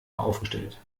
aufgestellt